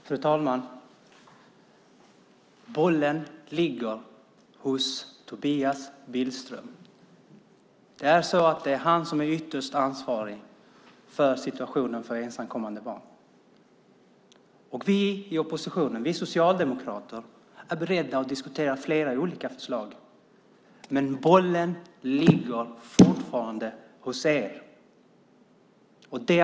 Fru talman! Bollen ligger hos Tobias Billström. Det är han som är ytterst ansvarig för situationen för ensamkommande barn. Vi socialdemokrater i oppositionen är beredda att diskutera flera olika förslag, men bollen ligger fortfarande hos er.